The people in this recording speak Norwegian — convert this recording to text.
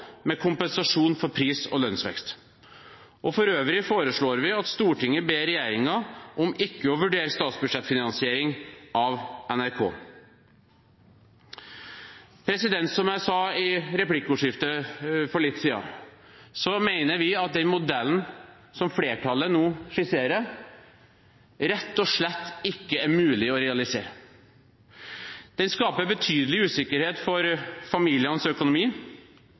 med kompensasjon for pris- og lønnsvekst. For øvrig foreslår vi at Stortinget ber regjeringen om ikke å vurdere statsbudsjettfinansiering av NRK. Som jeg sa i replikkordskiftet for litt siden, mener vi at den modellen som flertallet nå skisserer, rett og slett ikke er mulig å realisere. Den skaper betydelig usikkerhet for familienes økonomi,